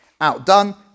outdone